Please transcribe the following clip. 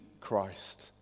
Christ